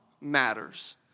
matters